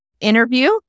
interview